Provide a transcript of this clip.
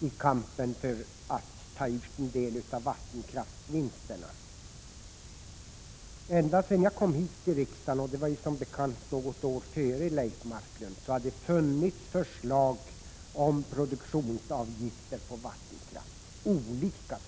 i kampen för att ta ut en del av vattenkraftsvinsterna i Norrbotten. Ända sedan jag kom hit till riksdagen — det var som bekant något år före Leif Marklund — har det funnits olika förslag om produktionsavgifter på vattenkraften.